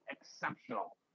exceptional